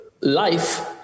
life